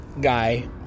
guy